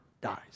dies